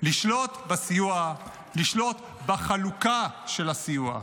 לשלוט בסיוע, לשלוט בחלוקה של הסיוע.